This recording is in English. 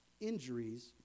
injuries